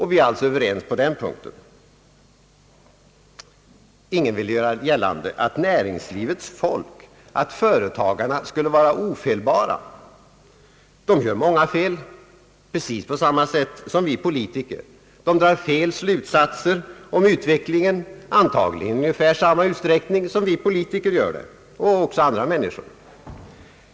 Vi är alltså överens på den punkten. Ingen vill göra gällande att näringslivets folk, företagarna, skulle vara ofelbara. De gör många fel, precis som vi politiker. De drar felaktiga slutsatser om utvecklingen, antagligen i ungefär samma utsträckning som politiker och andra människor.